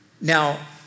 Now